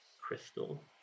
crystal